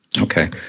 Okay